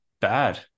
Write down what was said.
bad